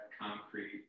concrete